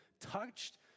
touched